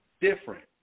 different